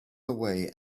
away